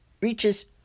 reaches